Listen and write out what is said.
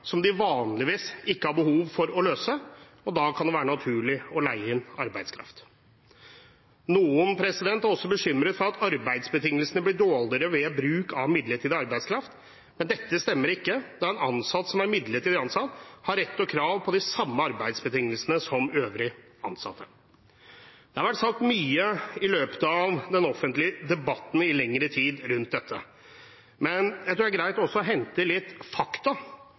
som de vanligvis ikke har behov for å løse, og da kan det være naturlig å leie inn arbeidskraft. Noen er også bekymret for at arbeidsbetingelsene blir dårligere ved bruk av midlertidig arbeidskraft, men dette stemmer ikke da midlertidig ansatte har rett til og krav på de samme arbeidsbetingelsene som øvrige ansatte. Det har vært sagt mye rundt dette i den offentlige debatten i lengre tid. Men jeg tror det også er greit å hente inn litt fakta